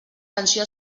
menció